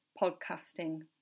podcasting